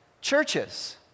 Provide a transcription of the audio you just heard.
churches